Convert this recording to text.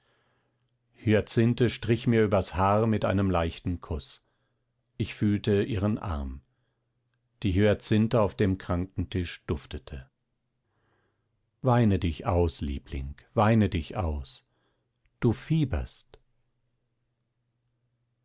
hyacinthe strich mir übers haar mit einem leichten kuß ich fühlte ihren arm die hyazinthe auf dem krankentisch duftete weine dich aus liebling weine dich aus du fieberst